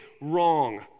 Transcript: wrong